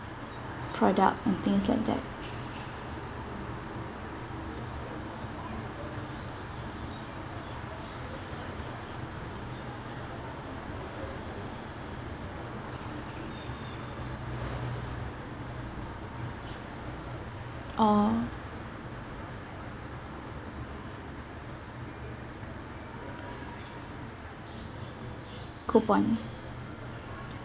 product and things like that orh coupon